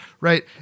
right